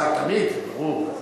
השר תמיד, ברור.